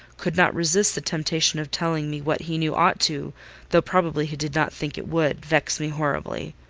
could not resist the temptation of telling me what he knew ought to though probably he did not think it would vex me horridly.